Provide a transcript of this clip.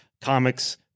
comics